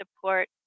support